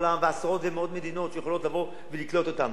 עשרות ומאות מדינות יכולות לבוא ולקלוט אותם.